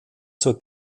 zur